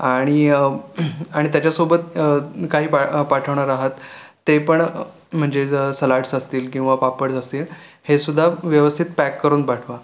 आणि आणि त्याच्यासोबत काही पा पाठवणार आहात ते पण म्हणजे जर सलाड्स असतील किंवा पापड्स असतील हे सुद्धा व्यवस्थित पॅक करून पाठवा